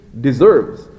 deserves